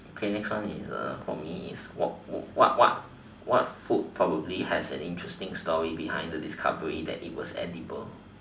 okay next one for me is for me what what what food probably has an interesting story behind the discovery that it was edible